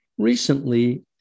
Recently